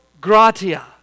gratia